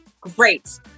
Great